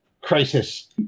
crisis